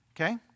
Okay